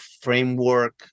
framework